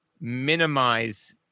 minimize